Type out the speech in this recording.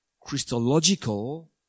Christological